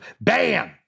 Bam